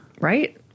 Right